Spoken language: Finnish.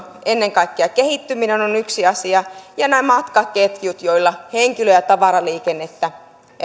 ennen kaikkea kehittyminen on yksi asia ja nämä matkaketjut joilla henkilö ja tavaraliikennettä